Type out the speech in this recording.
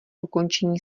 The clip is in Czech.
ukončení